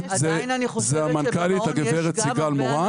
עדיין אני חושבת שבמעון יש גם הרבה אנשים טובים.